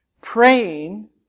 Praying